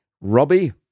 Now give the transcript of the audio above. Robbie